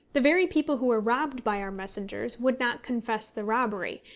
the very people who were robbed by our messengers would not confess the robbery,